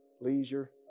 leisure